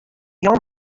jan